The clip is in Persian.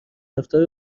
رفتار